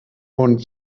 und